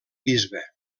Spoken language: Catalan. bisbe